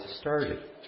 started